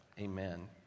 Amen